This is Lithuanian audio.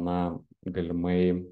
na galimai